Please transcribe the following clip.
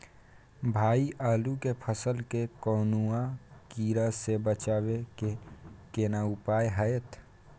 भाई आलू के फसल के कौनुआ कीरा से बचाबै के केना उपाय हैयत?